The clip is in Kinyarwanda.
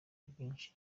bwinshi